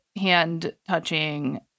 hand-touching